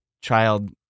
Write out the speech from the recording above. child